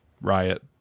riot